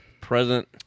Present